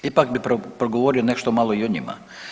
Ipak bi progovorio nešto malo i o njima.